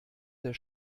der